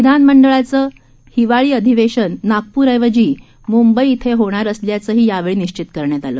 विधानमंडळाचे हिवाळी अधिवेशन नागपूरऐवजी मुंबई इथं होणार असल्याचं यावेळी निश्चित करण्यात आलं